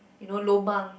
you know lobang